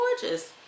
gorgeous